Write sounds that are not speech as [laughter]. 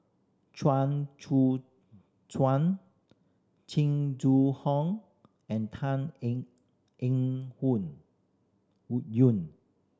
Chuang [unintelligible] Tsuan Jing Jun Hong and Tan Eng Eng [unintelligible] Yoon